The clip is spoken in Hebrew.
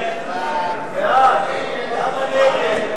ההצעה להסיר מסדר-היום את הצעת חוק שכר מינימום (תיקון,